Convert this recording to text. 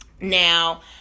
now